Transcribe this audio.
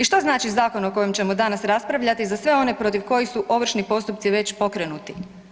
I što znači zakon o kojem ćemo danas raspravljati za sve protiv kojih su ovršni postupci već pokrenuti?